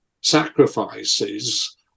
sacrifices